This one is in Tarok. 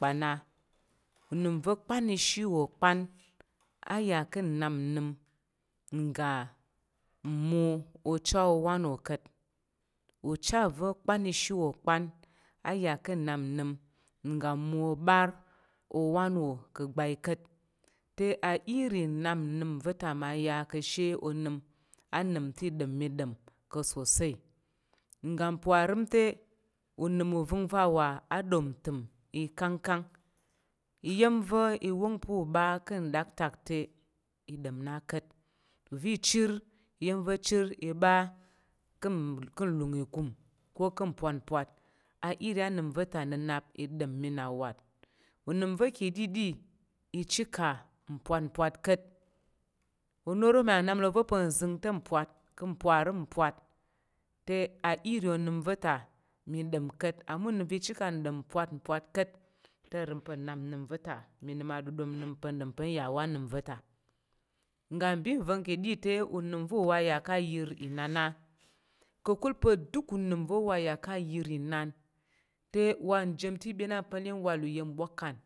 pa̱ na uvəgva̱ pa̱ ishiwo pa̱ aya ka̱ nnap nnəm ngga mwo ocha owan wo ka̱t ucha va̱ pa̱ ishi wo pa̱ a ya ka̱ nnap nəm ngga moo obar owan wo ka bai kat te a iri nap ninve ta ma ya ka̱ ashe onəm a nəm te i ɗom mi ɗo ka̱ sosai ngga parəm unəm uvəngva̱ wa a ɗom ntəm ikangkang iya̱m va̱ i wong pa̱ ɓa ka̱ nɗaktak te i ɗom na ka̱t uva̱ chər iyam va̱ chər i ɓa ka̱ ka̱ nlung ikum ko ka̱ mpwat mpwat a iri nəm va̱ ta nna yap i ɗin mi nawat unəm va̱ ka̱ ɗiɗi i chika mpwat mpwat ka̱t oma̱ro ma ya nap le va̱ pa̱ng nzəng te pwat, ka̱ parəm mpwat te, a i ri onəm va̱ ta mi ɗom ka̱t ama unəm va̱ ichika nɗom pwat pwat kat te nrəng pa̱ nnap nəm va̱ta mi nəm aɗədom nəm pa̱ nəm pa̱ n ya wa nəm va̱ta nga bi nvəva̱ng ka̱ ɗi te unəm va̱ uwa ya ka ayər inana ka̱kul pa̱ duk unəm va̱ wa ya ka̱ ayər inan te wa nji mi te ibyen ami pa̱ mwal uyen ubwakan.